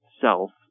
self